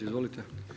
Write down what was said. Izvolite.